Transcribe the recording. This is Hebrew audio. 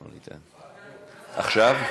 עכשיו?